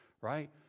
right